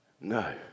No